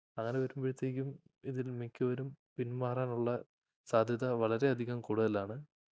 അങ്ങനെ വരുമ്പോഴത്തേക്കും ഇതിൽ മിക്കവരും പിന്മാറാനുള്ള സാധ്യത വളരെയധികം കൂടുതലാണ്